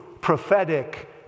prophetic